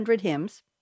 hymns